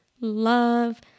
love